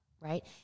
right